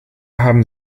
haben